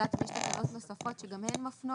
אני לא יודעת אם יש תקנות נוספות שגם הן מפנות,